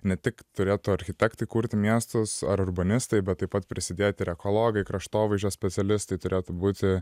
ne tik turėtų architektui kurti miestus ar urbanistai bet taip pat prisidėti ir ekologai kraštovaizdžio specialistai turėtų būti